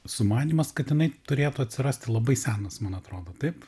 sumanymas kad jinai turėtų atsirasti labai senas man atrodo taip